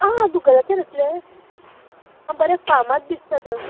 ह गुगलाचेर येतलें आ बरें फामाद दिसता तर